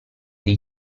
dei